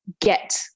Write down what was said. get